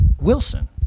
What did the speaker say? Wilson